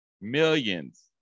Millions